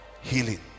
healing